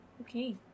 Okay